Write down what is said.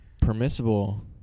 permissible